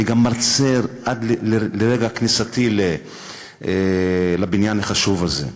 אני הייתי גם מרצה עד לרגע כניסתי לבניין החשוב הזה.